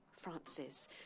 Francis